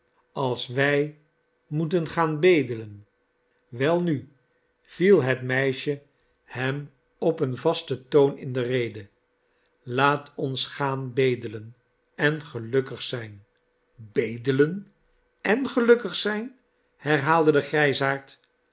als wij moeten gaan bedelen welnu viel het meisje hem op een vasten toon in de rede laat ons gaan bedelen en gelukkig zijn bedelen en gelukkig zijn herhaalde de grijsaard